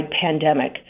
pandemic